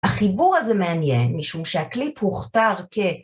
‫החיבור הזה מעניין ‫משום שהקליפ הוכתר כ...